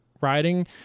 riding